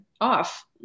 off